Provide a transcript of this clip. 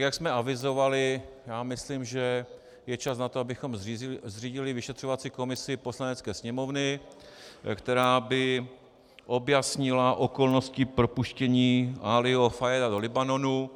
Jak jsme avizovali, myslím, že je čas na to, abychom zřídili vyšetřovací komisi Poslanecké sněmovny, která by objasnila okolnosti propuštění Alího Fajáda do Libanonu.